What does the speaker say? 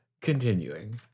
Continuing